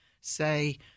say –